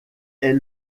est